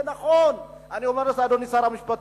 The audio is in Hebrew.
זה נכון, אני אומר, אדוני שר המשפטים,